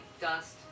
dust